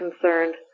concerned